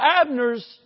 Abner's